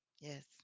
Yes